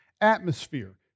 atmosphere